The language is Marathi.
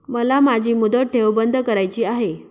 मला माझी मुदत ठेव बंद करायची आहे